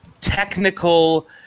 technical